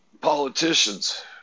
politicians